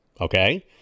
Okay